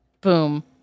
Boom